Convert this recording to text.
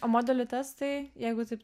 o modelių testai jeigu taip